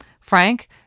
frank